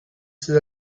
ses